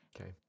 Okay